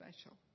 special